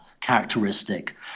characteristic